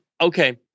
Okay